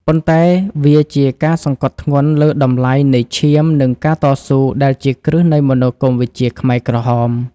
ប៉ុន្តែវាជាការសង្កត់ធ្ងន់លើតម្លៃនៃ ឈាម និង ការតស៊ូ ដែលជាគ្រឹះនៃមនោគមវិជ្ជាខ្មែរក្រហម។